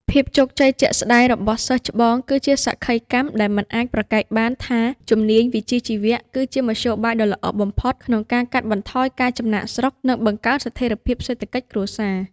ភាពជោគជ័យជាក់ស្ដែងរបស់សិស្សច្បង គឺជាសក្ខីកម្មដែលមិនអាចប្រកែកបានថា «ជំនាញវិជ្ជាជីវៈ» គឺជាមធ្យោបាយដ៏ល្អបំផុតក្នុងការកាត់បន្ថយការចំណាកស្រុក និងបង្កើនស្ថិរភាពសេដ្ឋកិច្ចគ្រួសារ។